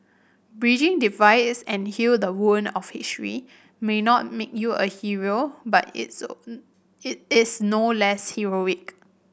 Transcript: bridging divides and heal the wound of history may not make you a Hero but its it is no less heroic